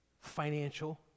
financial